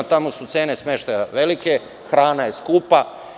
Tamo su cene smeštaja velike, hrana je skupa.